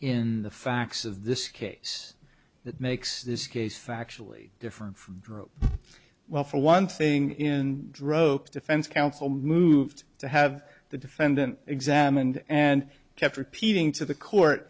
in the facts of this case that makes this case factually different well for one thing in drove defense counsel moved to have the defendant examined and kept repeating to the court